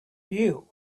you